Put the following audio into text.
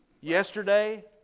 Yesterday